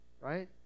Right